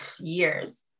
years